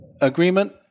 agreement